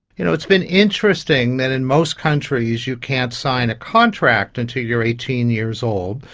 you know it's been interesting that in most countries you can't sign a contract until you are eighteen years old,